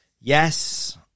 Yes